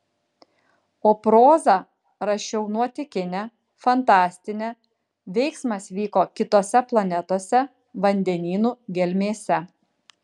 o prozą rašiau nuotykinę fantastinę veiksmas vyko kitose planetose vandenynų gelmėse